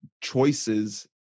choices